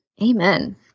Amen